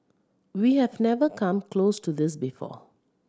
we have never come close to this before